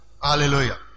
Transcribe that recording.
Hallelujah